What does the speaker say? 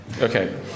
Okay